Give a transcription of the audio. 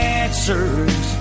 answers